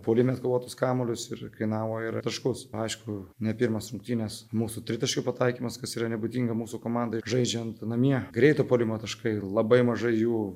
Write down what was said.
puolime atkovotus kamuolius ir kainavo ir taškus aišku ne pirmos rungtynės mūsų tritaškių pataikymas kas yra nebūdinga mūsų komandai žaidžiant namie greito puolimo taškai labai mažai jų